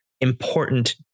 important